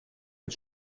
mit